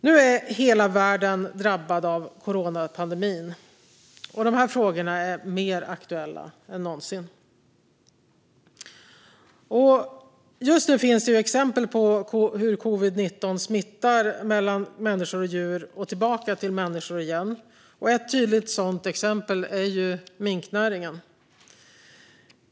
Nu är hela världen drabbad av coronapandemin. De här frågorna är mer aktuella än någonsin. Just nu finns det exempel på hur covid-19 smittar mellan människor och djur och tillbaka till människor igen. Ett tydligt sådant exempel är minknäringen.